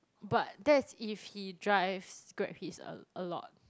but that is if he drives Grab Hitch a~ a lot